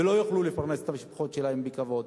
ולא יוכלו לפרנס את המשפחות שלהם בכבוד.